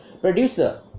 producer